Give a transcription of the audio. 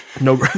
no